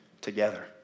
together